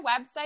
website